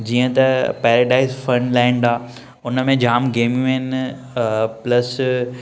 जीअं त paradise fun land आहे उन में जाम गेमियूं आहिनि प्लस